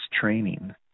training